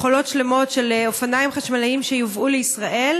מכולות שלמות של אופניים חשמליים שיובאו לישראל